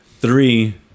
Three